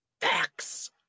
facts